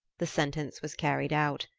the sentence was carried out.